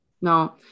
No